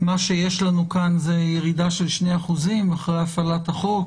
שמה שיש לנו כאן הוא ירידה של 2% אחרי הפעלת החוק.